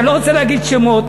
אני לא רוצה להגיד שמות,